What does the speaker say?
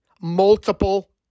multiple